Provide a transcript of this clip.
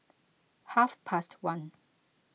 half past one